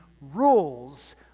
rules